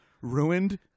ruined